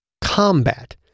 Combat